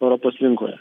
europos rinkoje